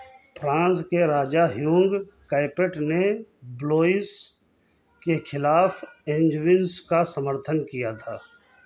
France के राजा Hugh Capet ने ब्लोइस के ख़िलाफ़ एंजविंस का समर्थन किया था